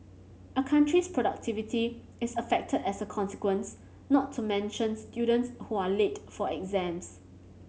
a country's productivity is affected as a consequence not to mention students who are late for exams